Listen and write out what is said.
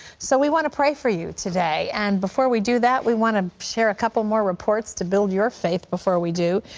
so we want to pray for you today. and before we do that, we want to share a couple more reports to build your faith before we do.